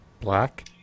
Black